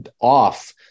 off